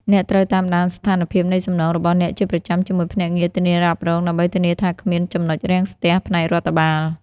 អ្នកត្រូវតាមដាន ស្ថានភាពនៃសំណង របស់អ្នកជាប្រចាំជាមួយភ្នាក់ងារធានារ៉ាប់រង ដើម្បីធានាថាគ្មាន ចំណុចរាំងស្ទះ ផ្នែករដ្ឋបាល។